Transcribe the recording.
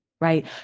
right